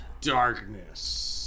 darkness